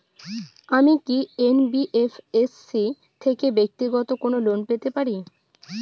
আমি কি এন.বি.এফ.এস.সি থেকে ব্যাক্তিগত কোনো লোন পেতে পারি?